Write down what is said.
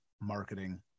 marketing